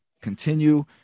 Continue